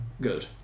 good